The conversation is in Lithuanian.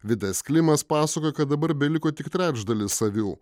vidas klimas pasakojo kad dabar beliko tik trečdalis avių